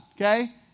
okay